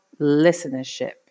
listenership